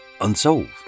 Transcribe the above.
unsolved